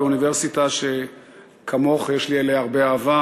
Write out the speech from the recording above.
באוניברסיטה שכמוך יש לי אליה הרבה אהבה,